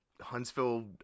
Huntsville